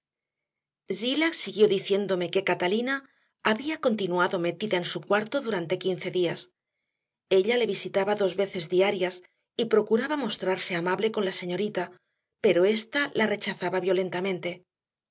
avísamelo zillah siguió diciéndome qué catalina había continuado metida en su cuarto durante quince días ella le visitaba dos veces diarias y procuraba mostrarse amable con la señorita pero ésta la rechazaba violentamente